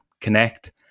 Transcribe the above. connect